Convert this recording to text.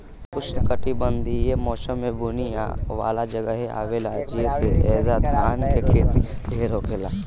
उष्णकटिबंधीय मौसम में बुनी वाला जगहे आवेला जइसे ऐजा धान के खेती ढेर होखेला